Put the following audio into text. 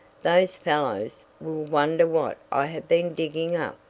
those fellows will wonder what i have been digging up.